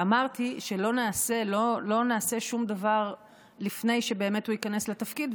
אמרתי שלא נעשה שום דבר לפני שהוא ייכנס לתפקיד,